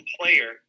player